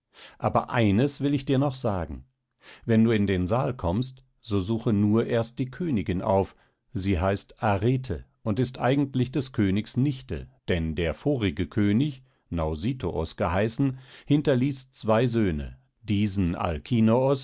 aber eines will ich dir noch sagen wenn du in den saal kommst so suche nur erst die königin auf sie heißt arete und ist eigentlich des königs nichte denn der vorige könig nausithoos geheißen hinterließ zwei söhne diesen